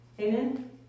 Amen